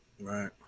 Right